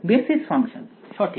basis function সঠিক